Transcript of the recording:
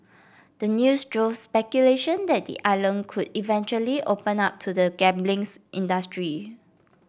the news drove speculation that the island could eventually open up to the gambling industry